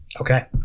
Okay